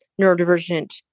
neurodivergent